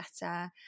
Better